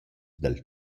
dal